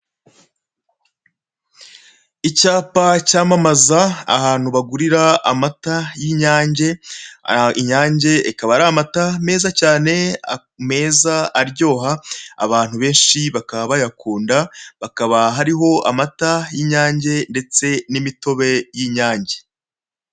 Icyapa cyamamaza ahantu bagurira amata y'inyange, inyange ikaba ari amata meza aryoha, abantu benshi bakaba bayakunda, hakaba hariho amata y'inyange ndetse n'imitobe y'inyange.